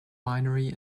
winery